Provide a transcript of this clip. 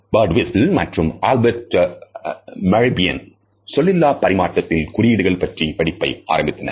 Birdwhistell மற்றும் Albert Mehrabian சொல்லிலா பரிமாற்றத்தில்குறியீடுகள் பற்றிய படிப்பை ஆரம்பித்தனர்